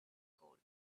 gold